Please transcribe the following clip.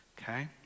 Okay